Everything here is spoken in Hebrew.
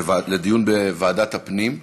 לדיון בוועדת הפנים.